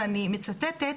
ואני מצטטת: